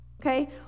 okay